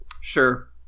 Sure